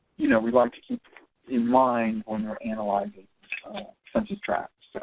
you know we like to keep in mind when you're analyzing census tracts, so.